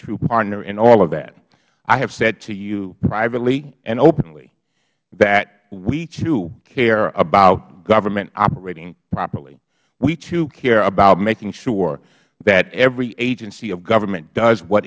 true partner in all of that i have said to you privately and openly that we too care about government operating properly we too care about making sure that every agency of government does what